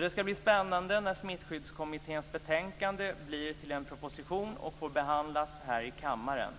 Det ska bli spännande när Smittskyddskommitténs betänkande blir till en proposition och får behandlas i kammaren.